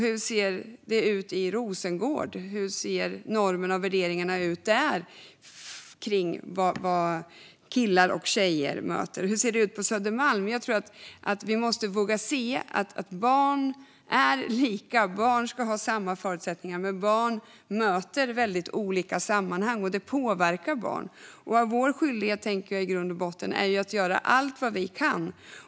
Hur ser det ut i Rosengård? Vilka normer och värderingar möter killar och tjejer där? Hur ser det ut på Södermalm? Vi måste våga se att även om barn är lika och ska ha samma förutsättningar möter de väldigt olika sammanhang, och det påverkar dem. Vår skyldighet är i grund och botten att göra allt vad vi kan.